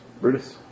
Brutus